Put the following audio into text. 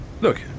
look